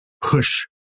push